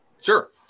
Sure